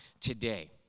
today